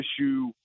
issue –